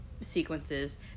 sequences